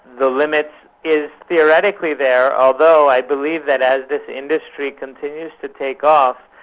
the limit is theoretically there, although i believe that as the industry continues to take off,